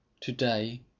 today